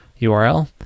url